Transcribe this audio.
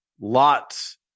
lots